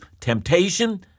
temptation